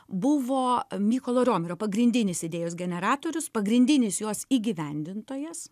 buvo mykolo romerio pagrindinis idėjos generatorius pagrindinis jos įgyvendintojas